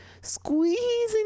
squeezing